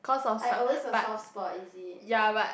like always your soft spot is it